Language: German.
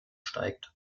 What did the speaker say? steigt